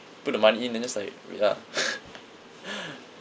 put the money in and just like wait lah